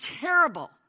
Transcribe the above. terrible